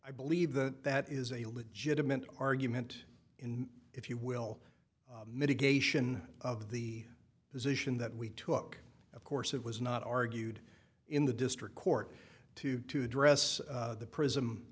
i believe that that is a legitimate argument in if you will mitigation of the position that we took of course it was not argued in the district court to to address the prism